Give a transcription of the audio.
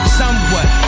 somewhat